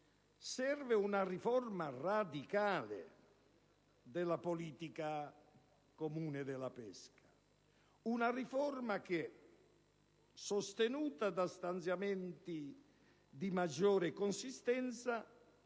serve una riforma radicale della politica comune della pesca: una riforma che, sostenuta da stanziamenti di maggiore consistenza,